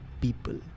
people